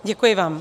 Děkuji vám.